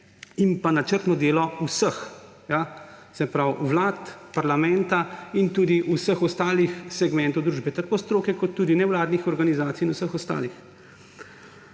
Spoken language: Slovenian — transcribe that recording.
in pa načrtno delo vseh; se pravi vlad, parlamenta in tudi vseh ostalih segmentov družbe, tako stroke kot tudi nevladnih organizacij in vseh ostalih.